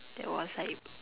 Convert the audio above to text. that was like